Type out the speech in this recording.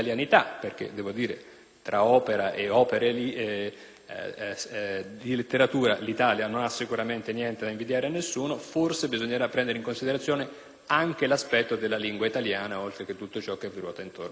tra opera lirica e opere di letteratura l'Italia non ha sicuramente niente da invidiare a nessuno, forse bisognerà prendere in considerazione anche l'aspetto della lingua italiana, oltre a tutto ciò che le ruota intorno.